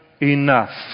enough